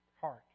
heart